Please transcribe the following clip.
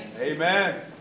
Amen